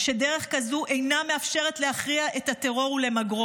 שדרך כזו אינה מאפשרת להכריע את הטרור ולמגרו.